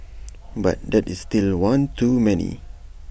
but that is still one too many